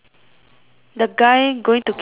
the guy going to kick a soccer ball